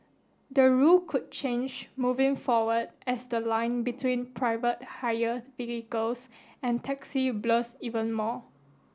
the rule could change moving forward as the line between private hire vehicles and taxis blurs even more